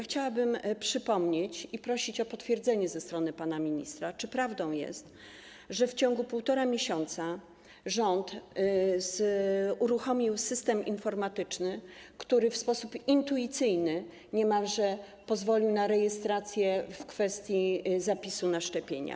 Chciałabym przypomnieć i prosić o potwierdzenie ze strony pana ministra, czy prawdą jest, że w ciągu 1,5 miesiąca rząd uruchomił system informatyczny, który w sposób niemalże intuicyjny pozwolił na rejestrację w kwestii zapisu na szczepienia.